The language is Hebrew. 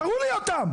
תראו לי אותם.